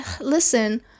listen